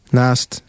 naast